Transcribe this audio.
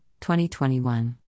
2021